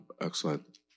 Excellent